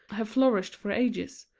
have flourished for ages,